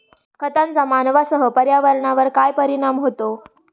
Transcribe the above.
खतांचा मानवांसह पर्यावरणावर काय परिणाम होतो?